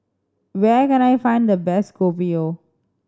where can I find the best Kopi O